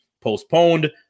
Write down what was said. postponed